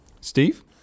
Steve